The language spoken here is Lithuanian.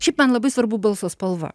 šiaip man labai svarbu balso spalva